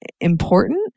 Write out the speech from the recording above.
important